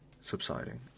subsiding